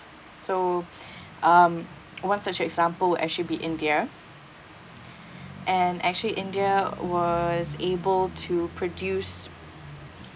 so um one such example that should be india and actually india was able to produce